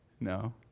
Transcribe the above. No